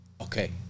okay